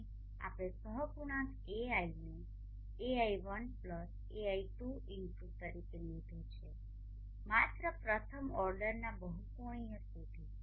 અને આપણે સહગુણાંક Ai ને ai1ai2x તરીકે લીધો છે માત્ર પ્રથમ ઓર્ડરના બહુકોણીય સુધી